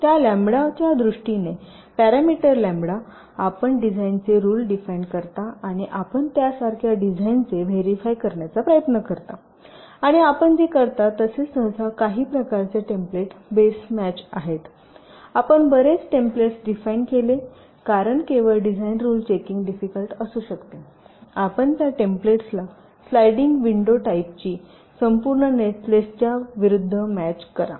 त्या लॅम्बडा च्या दृष्टीने पॅरामीटर लॅम्ब्डा आपण डिझाइनचे रुल डिफाइन करता आणि आपण त्यासारख्या डिझाइनचे व्हेरिफाय करण्याचा प्रयत्न करता आणि आपण जे करता तसे सहसा काही प्रकारचे टेम्पलेट बेस मॅच असते आपण बरेच टेम्पलेट्स डिफाइन केले कारण केवळ डिझाइन रुल चेकिंग डिफिकल्ट असू शकते आपण त्या टेम्पलेट्सला स्लाईडिंग विंडो टाईपची संपूर्ण नेटलिस्टच्या विरूद्ध मॅच करा